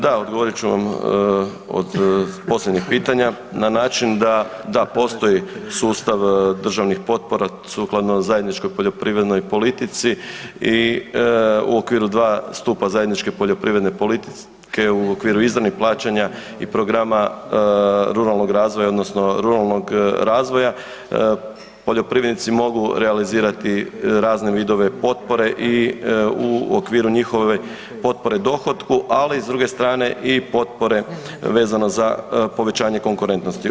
Da, odgovorit ću vam od posljednjeg pitanja na način da, da, postoji sustav državnih potpora sukladno zajedničkoj poljoprivrednoj politici i u okviru 2 stupa zajedničke poljoprivredne politike u okviru izravnih plaćanja i programa ruralnog razvoja odnosno ruralnog razvoja, poljoprivrednici mogu realizirati razne vidove potpore i u okviru njihove potpore dohotku, ali s druge strane i potpore vezano za povećanje konkurentnosti.